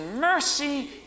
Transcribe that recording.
mercy